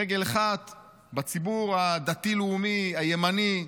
רגל אחת בציבור הדתי לאומי, הימני.